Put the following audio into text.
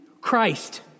Christ